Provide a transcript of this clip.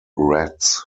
rats